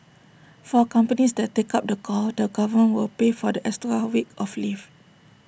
for companies that take up the call the government will pay for the extra week of leave